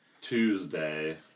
Tuesday